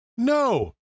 No